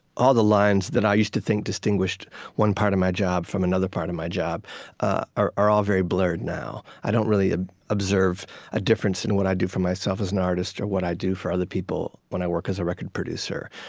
all the lines that i used to think distinguished one part of my job from another part of my job ah are all very blurred now. i don't really ah observe a difference in what i do for myself as an artist or what i do for other people when i work as a record producer.